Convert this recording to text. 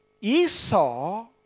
Esau